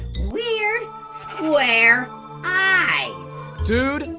weird square eyes. dude,